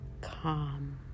calm